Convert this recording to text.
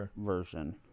version